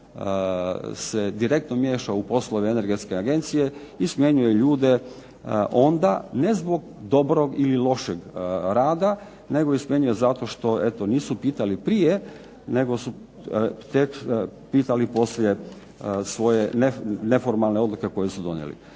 se direktno miješa u poslove energetske agencije i smjenjuje ljude onda ne zbog dobrog ili lošeg rada nego ih smjenjuje zato što nisu pitali prije negoli su pitali poslije svoje neformalne odluke koje su donijeli.